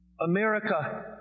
America